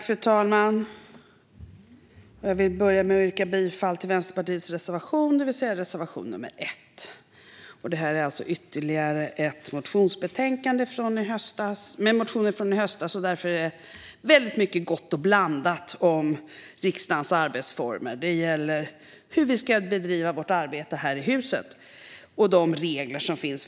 Fru talman! Jag vill börja med att yrka bifall till Vänsterpartiets reservation nr 1. Det här är alltså ytterligare ett betänkande som behandlar motioner från i höstas, och därför är det mycket gott och blandat om riksdagens arbetsformer. De gäller hur vi ska bedriva vårt arbete i huset och de regler som finns.